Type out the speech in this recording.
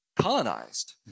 colonized